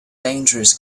dangerous